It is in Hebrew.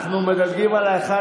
לא הבנת, אנחנו מדלגים על 1?